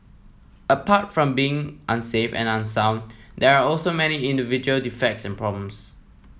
apart from being unsafe and unsound there are also many individual defects and problems